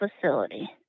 Facility